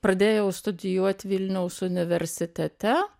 pradėjau studijuot vilniaus universitete